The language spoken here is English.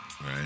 right